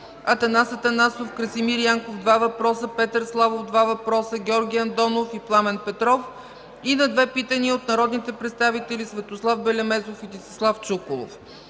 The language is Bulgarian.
Атанас Атанасов, Красимир Янков –2 въпроса, Петър Славов – 2 въпроса, Георги Андонов, и Пламен Петров и на 2 питания от народните представители Светослав Белемезов, и Десислав Чуколов.